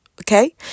Okay